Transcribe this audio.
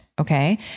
Okay